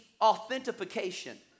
authentication